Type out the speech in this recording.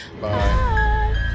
Bye